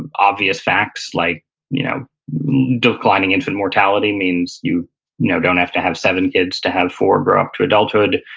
and obvious facts, like you know declining infant mortality means you know don't have to have seven kids to have four grow up to adulthood,